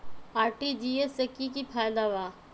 RTGS से की की फायदा बा?